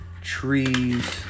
Trees